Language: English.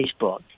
Facebook